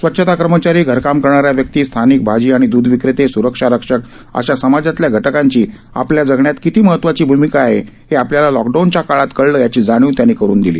स्वच्छता कर्मचारी घरकाम करणाऱ्या व्यक्तीस्थानिक भाजी आणि दूध विक्रेते सुरक्षा रक्षक अशा समाजातल्या घटकांची आपल्या जगण्यात किती महत्वाची भूमिका आहे हे आपल्याला लॉकडाऊनच्या काळात कळलं याची जाणिव त्यांनी करून दिली